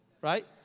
right